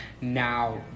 Now